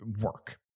work